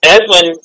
Edwin